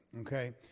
okay